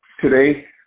Today